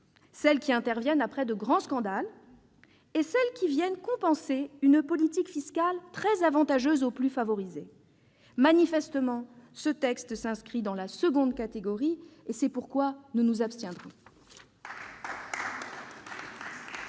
celles qui interviennent après de grands scandales et celles dont l'objet est de compenser une politique fiscale très avantageuse pour les plus favorisés. Manifestement, ce texte s'inscrit dans la seconde catégorie ; c'est pourquoi nous nous abstiendrons.